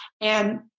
and-